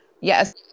yes